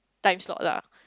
time slot lah